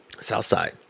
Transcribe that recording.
Southside